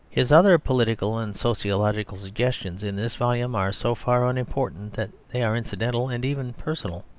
his other political and sociological suggestions in this volume are so far unimportant that they are incidental, and even personal.